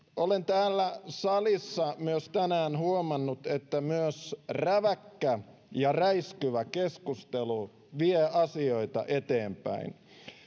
olen täällä salissa tänään huomannut että myös räväkkä ja räiskyvä keskustelu vie asioita eteenpäin